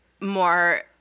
More